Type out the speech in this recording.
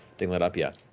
dangle it up, yeah.